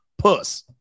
puss